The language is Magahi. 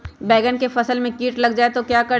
बैंगन की फसल में कीट लग जाए तो क्या करें?